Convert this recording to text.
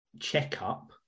checkup